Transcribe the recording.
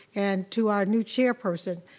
and to our new chairperson,